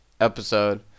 episode